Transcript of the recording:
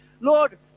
Lord